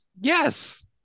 Yes